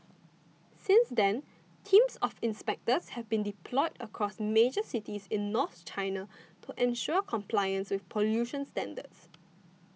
since then teams of inspectors have been deployed across major cities in north China to ensure compliance with pollution standards